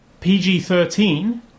PG-13